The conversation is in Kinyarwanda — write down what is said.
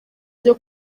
byo